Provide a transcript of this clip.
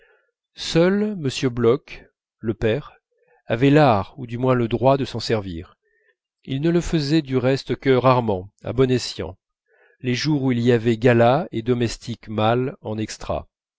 seul m bloch le père avait l'art ou du moins le droit de s'en servir il ne le faisait du reste que rarement à bon escient les jours où il y avait gala et domestiques mâles en extra